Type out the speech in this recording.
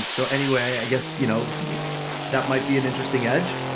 so anyway, i guess you know that might be an interesting edge.